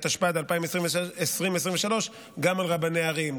התשפ"ד 2023, גם על רבני ערים.